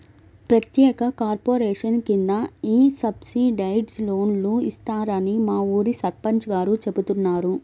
ప్రత్యేక కార్పొరేషన్ కింద ఈ సబ్సిడైజ్డ్ లోన్లు ఇస్తారని మా ఊరి సర్పంచ్ గారు చెబుతున్నారు